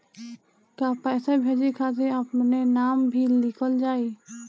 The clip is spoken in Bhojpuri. का पैसा भेजे खातिर अपने नाम भी लिकल जाइ?